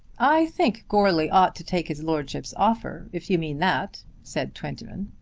i think goarly ought to take his lordship's offer if you mean that, said twentyman.